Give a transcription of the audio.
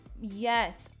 Yes